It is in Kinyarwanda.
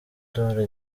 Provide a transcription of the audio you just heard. d’or